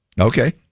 Okay